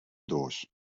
doos